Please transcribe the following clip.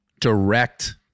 direct